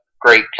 great